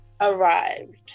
arrived